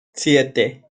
siete